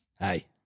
Hey